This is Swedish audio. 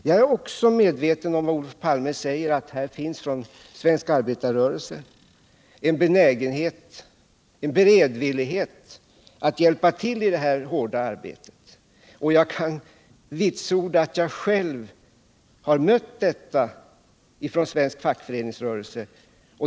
Jag är liksom Olof Palme medveten om att det inom svensk arbetarrörelse finns en beredvillighet att hjälpa till i det här hårda arbetet. Jag kan också vitsorda att jag själv har mött detta från svensk fackföreningsrörelse.